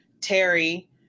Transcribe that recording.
Terry